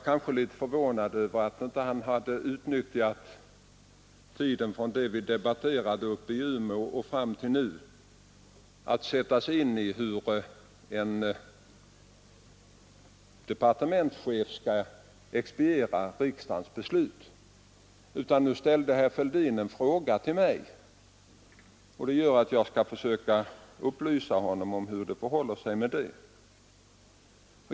Jag är litet förvånad över att han inte utnyttjat den tid som gått sedan vi debatterade i Umeå till att sätta sig in i hur en departementschef skall expediera riksdagens beslut. Herr Fälldin ställde nu en fråga till mig, och jag skall därför försöka upplysa honom om hur det förhåller sig.